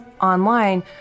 online